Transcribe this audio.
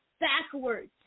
backwards